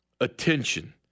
attention